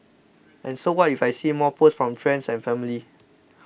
and so what if I see more posts from friends and family